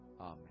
Amen